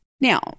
now